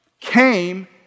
came